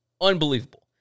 unbelievable